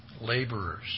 laborers